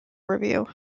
review